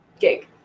gig